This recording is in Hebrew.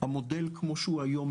המודל כמו שהוא היום,